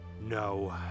No